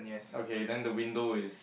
okay then the window is